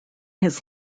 his